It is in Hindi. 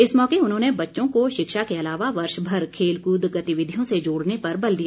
इस मौके उन्होंने बच्चों को शिक्षा के अलावा वर्ष भर खेलकूद गतिविधियों से जोड़ने पर बल दिया